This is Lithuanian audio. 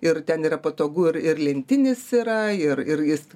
ir ten yra patogu ir ir lentinis yra ir ir jis